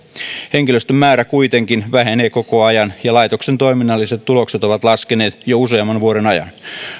henkilöstön määrä kuitenkin vähenee koko ajan ja laitoksen toiminnalliset tulokset ovat laskeneet jo useamman vuoden ajan